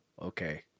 Okay